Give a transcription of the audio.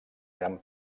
gran